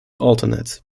alternates